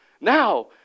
Now